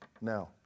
Now